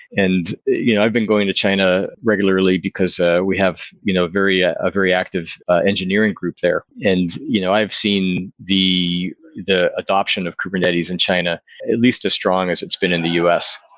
and you know i've been going to china regularly because ah we have you know a very ah ah reactive engineering group there. and you know i've seen the the adoption of kubernetes in china at least as strong as it's been in the u s,